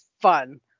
fun